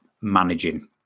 managing